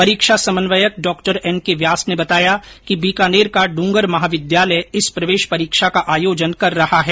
परीक्षा समन्वयक doctor N K Vyas ने बताया कि बीकानेर का डूंगर महाविद्यालय इस प्रवेश परीक्षा का आयोजन कर रहा है